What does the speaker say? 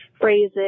phrases